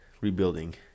rebuilding